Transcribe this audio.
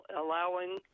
allowing